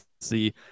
see